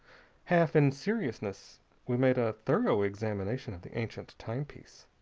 half in seriousness we made a thorough examination of the ancient timepiece,